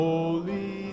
Holy